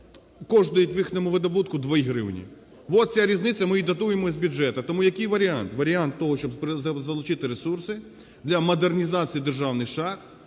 коштує в їхньому видобутку 2 гривні. От ця різниця, ми її дотуємо з бюджету. Тому який варіант? Варіант того, щоб залучити ресурси для модернізації державних шахт,